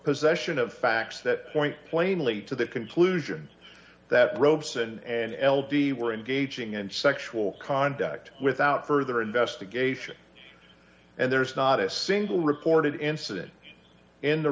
possession of facts that point plainly to the conclusions that robes and an l d were engaging in sexual conduct without further investigation and there is not a single reported incident in the